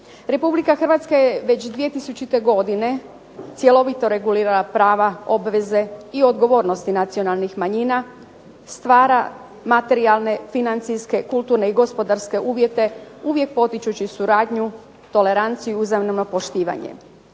slobode. RH je već 2000. godine cjelovito regulirala prava i obveze i odgovornosti nacionalnih manjina, stvara materijalne, financijske, kulturne i gospodarske uvjete uvijek potičući suradnju, toleranciju i uzajamno poštivanje.